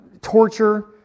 torture